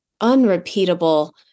unrepeatable